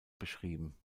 beschrieben